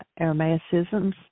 Aramaicisms